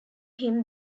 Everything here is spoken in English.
him